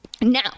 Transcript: Now